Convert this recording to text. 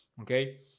okay